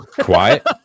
Quiet